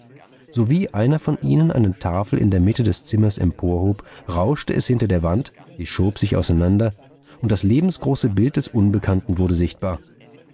sowie einer von ihnen eine tafel in der mitte des zimmers emporhob rauschte es hinter der wand sie schob sich auseinander und das lebensgroße bild des unbekannten wurde sichtbar